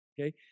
Okay